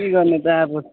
के गर्ने त अब